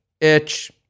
itch